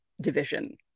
division